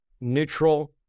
neutral